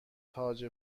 تاج